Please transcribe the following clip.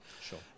sure